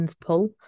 pull